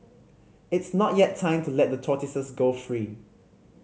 it's not yet time to let the tortoises go free